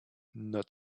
not